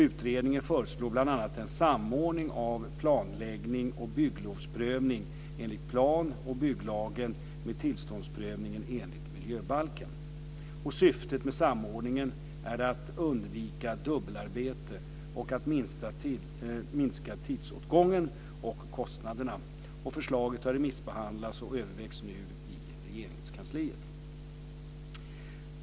Utredningen föreslår bl.a. en samordning av planläggning och bygglovsprövning enligt plan och bygglagen med tillståndsprövningen enligt miljöbalken. Syftet med samordningen är att undvika dubbelarbete och att minska tidsåtgång och kostnader. Förslaget har remissbehandlats och övervägs nu i Regeringskansliet.